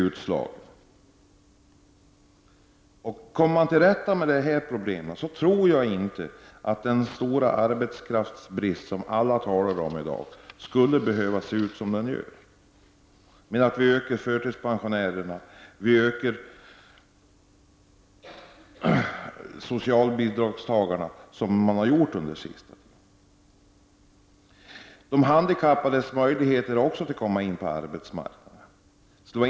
Om man kommer till rätta med de problemen tror jag inte att den stora arbetskraftsbrist som alla talar om i dag skulle behöva vara så stor. Vi har under den senaste tiden ökat antalet förtidspensionärer och socialbidragstagare. De handikappade måste också komma in på arbetsmarknaden.